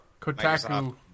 Kotaku